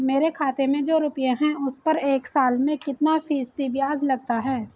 मेरे खाते में जो रुपये हैं उस पर एक साल में कितना फ़ीसदी ब्याज लगता है?